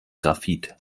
graphit